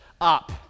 up